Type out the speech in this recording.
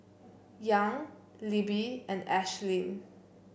Young Libby and Ashlynn